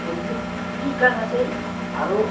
ᱩᱱᱠᱩ ᱪᱮᱫ ᱠᱟ ᱠᱟᱛᱮ ᱟᱨᱚ